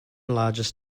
largest